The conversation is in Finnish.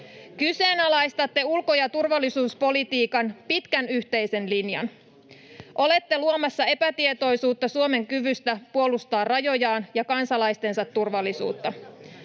Kyseenalaistatte ulko- ja turvallisuuspolitiikan pitkän yhteisen linjan. Olette luomassa epätietoisuutta Suomen kyvystä puolustaa rajojaan ja kansalaistensa turvallisuutta.